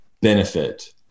benefit